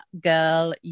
Girl